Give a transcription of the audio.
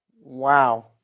Wow